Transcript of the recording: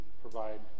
provide